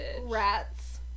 rats